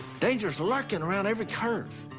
danger's lurking around every curve.